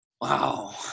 Wow